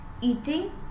Eating